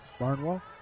Barnwell